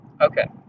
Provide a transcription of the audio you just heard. Okay